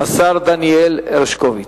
השר דניאל הרשקוביץ.